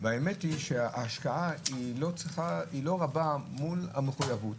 והאמת היא שההשקעה היא לא רבה מול המחויבות.